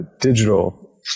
digital